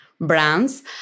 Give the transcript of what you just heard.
brands